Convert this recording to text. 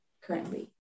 currently